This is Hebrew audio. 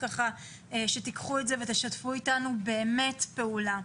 ככה שתיקחו את זה ותשתפו אתנו באמת פעולה,